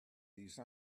these